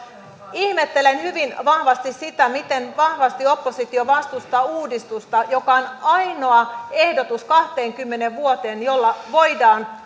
ihmettelen hyvin vahvasti sitä miten vahvasti oppositio vastustaa uudistusta joka on ainoa ehdotus kahteenkymmeneen vuoteen ja jolla